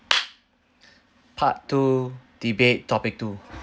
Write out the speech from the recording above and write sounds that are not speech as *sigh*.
*noise* *breath* part two debate topic two